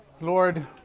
Lord